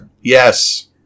Yes